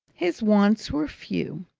his wants were few.